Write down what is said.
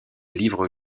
livres